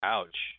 Ouch